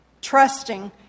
trusting